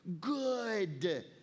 good